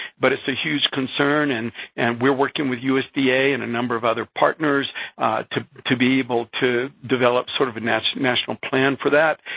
but it's a huge concern. and and we're working with usda and a number of other partners to to be able to develop sort of a national national plan for that.